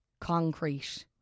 concrete